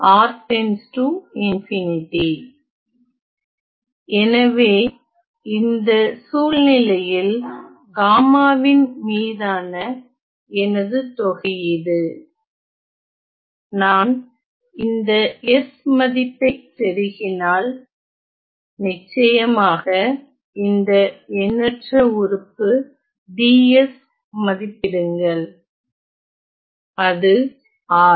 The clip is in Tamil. எனவே இந்த சூழ்நிலையில் காமாவின் மீதான எனது தொகையீடு நான் இந்த s மதிப்பை செருகினால் நிச்சயமாக இந்த எண்ணற்ற உறுப்பு ds மதிப்பிடுங்கள் அது R